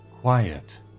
quiet